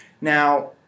Now